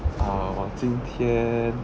ah 我今天